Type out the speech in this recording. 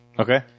Okay